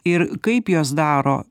ir kaip jos daro